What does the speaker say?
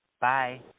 Bye